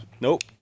Nope